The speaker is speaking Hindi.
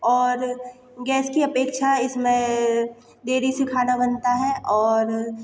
और गैस की अपेक्षा इसमें देरी से खाना बनता है और